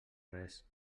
res